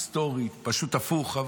היסטורית פשוט הפוך.